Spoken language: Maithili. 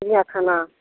चिड़ियाखाना